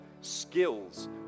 skills